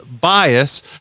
bias